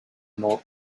know